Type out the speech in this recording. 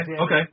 okay